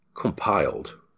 Compiled